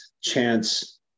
chance